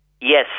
yes